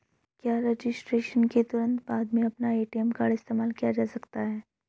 क्या रजिस्ट्रेशन के तुरंत बाद में अपना ए.टी.एम कार्ड इस्तेमाल किया जा सकता है?